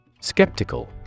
Skeptical